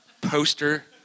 poster